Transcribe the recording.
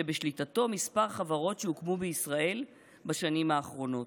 שבשליטתו מספר חברות שהוקמו בישראל בשנים האחרונות.